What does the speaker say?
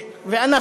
אנחנו